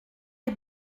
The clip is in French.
est